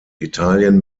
italien